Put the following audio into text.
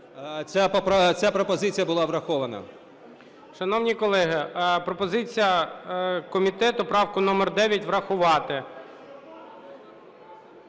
Ця пропозиція була врахована. ГОЛОВУЮЧИЙ. Шановні колеги, пропозиція комітету правку номер 9 врахувати.